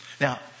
Now